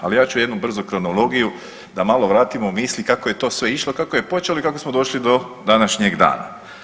Ali ja ću jednu brzu kronologiju, da malo vratimo misli kako je to sve išlo, kako je počelo i kako smo došli do današnjeg dana.